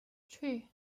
three